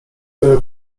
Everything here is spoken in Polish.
które